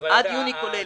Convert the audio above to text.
עד יוני, כולל.